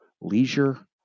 leisure